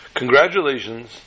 Congratulations